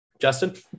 Justin